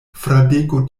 fradeko